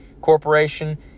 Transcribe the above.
Corporation